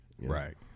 Right